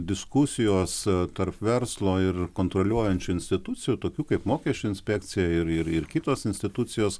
diskusijos tarp verslo ir kontroliuojančių institucijų tokių kaip mokesčių inspekcija ir ir ir kitos institucijos